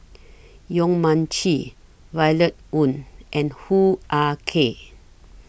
Yong Mun Chee Violet Oon and Hoo Ah Kay